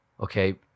Okay